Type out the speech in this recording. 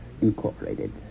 Incorporated